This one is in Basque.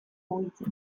mugitzen